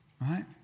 Right